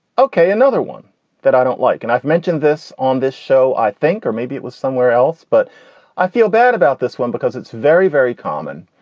ok. another one that i don't like and i've mentioned this on this show, i think or maybe it was somewhere else. but i feel bad about this one because it's very, very common.